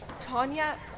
Tanya